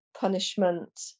punishment